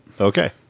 Okay